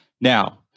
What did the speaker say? Now